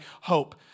hope